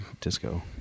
disco